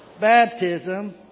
baptism